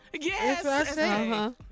Yes